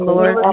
Lord